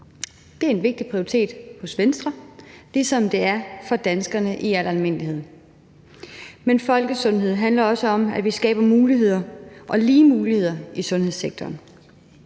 Det er en vigtig prioritet hos Venstre, ligesom det er for danskerne i al almindelighed. Men folkesundhed handler også om, at vi skaber muligheder – og lige muligheder – i sundhedssektoren.